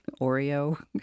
Oreo